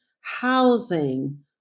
housing